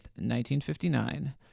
1959